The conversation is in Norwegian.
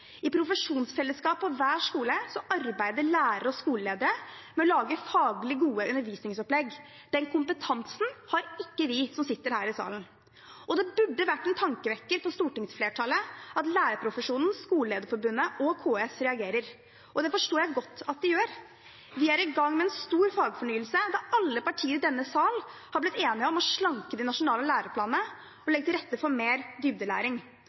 I profesjonsfellesskapet på hver skole arbeider lærere og skoleledere med å lage faglig gode undervisningsopplegg. Den kompetansen har ikke vi som sitter her i salen. Det burde vært en tankevekker for stortingsflertallet at lærerprofesjonen, Skolelederforbundet og KS reagerer. Det forstår jeg godt at de gjør. Vi er i gang med en stor fagfornyelse der alle partier i denne sal har blitt enige om å slanke de nasjonale læreplanene og legge til rette for mer dybdelæring.